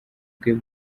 bwe